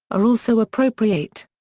are also appropriate.